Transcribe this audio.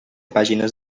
pàgines